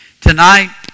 Tonight